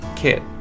Kit